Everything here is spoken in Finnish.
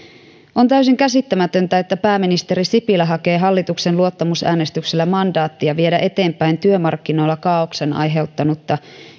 on täysin käsittämätöntä että pääministeri sipilä hakee hallituksen luottamusäänestyksellä mandaattia viedä eteenpäin työmarkkinoilla kaaoksen aiheuttanutta